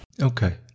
Okay